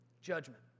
judgment